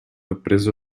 appreso